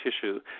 tissue